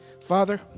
Father